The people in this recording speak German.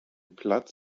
platz